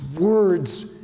words